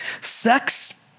Sex